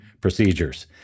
procedures